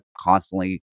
constantly